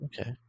okay